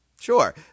sure